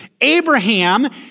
Abraham